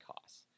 costs